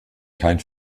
kein